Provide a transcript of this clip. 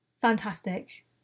fantastic